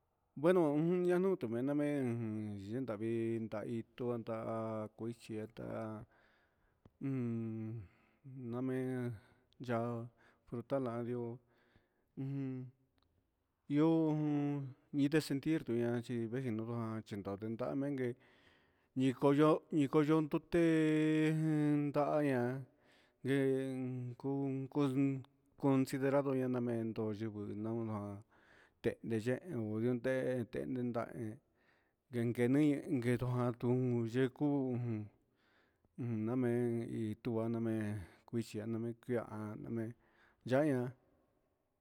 Bueno jun yanu'u tumena me'en uun ndavii, ndavii nduandá ha kuxhie ta'á un namen ya'á tanan ujun ihó ujun inre chentir ña'a chi vejion han chinon nguitan ndengue ikoyo'ó ikoyon nduté já ya'á ngen kun ku considerando ña namento yuku nunman tende yee ute tende nrá inke niu iyian nyenkuu iin na me'en tumen tuxhia nikue'a ya'á he xhiania.